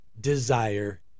desire